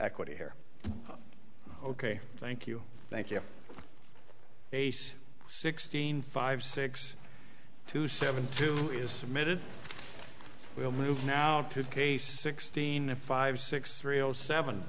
equity here ok thank you thank you ace sixteen five six two seven two you submitted we will move now to case sixteen five six three o seven